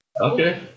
Okay